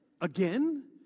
again